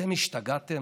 אתם השתגעתם?